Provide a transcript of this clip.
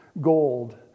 gold